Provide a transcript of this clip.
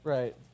Right